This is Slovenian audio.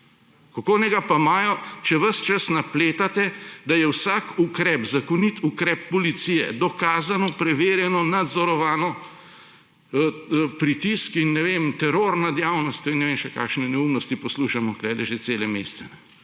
Kako naj ga pa imajo, če ves čas napletate, da je vsak zakonit ukrep policije dokazano, preverjeno nadzorovano pritisk in teror nad javnostjo in še kakšne neumnosti poslušamo tukaj že cele mesece.